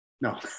no